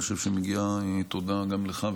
ואני חושב שמגיעה תודה גם לך,